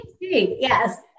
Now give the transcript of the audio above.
Yes